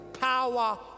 power